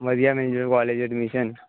ਵਧੀਆ ਮਿਲ ਜਾਵੇ ਕਾਲਜ ਐਡਮਿਸ਼ਨ